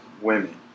women